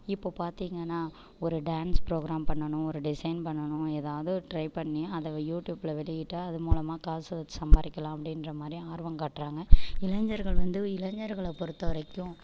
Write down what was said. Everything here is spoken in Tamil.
இப்போ பார்த்தீங்கன்னா ஒரு டான்ஸ் ப்ரோகிராம் பண்ணணும் ஒரு டிசைன் பண்ணணும் எதாவது ட்ரை பண்ணி அதை யூடியூப்பில வெளியிட்டால் அது மூலமாக காசு வந்து சம்பாரிக்கலாம் அப்படின்ற மாதிரி ஆர்வம் காட்டுறாங்க இளைஞர்கள் வந்து இளைஞர்களை பொறுத்தவரைக்கும்